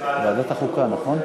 לוועדת החוקה, חוק ומשפט נתקבלה.